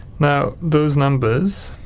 now those numbers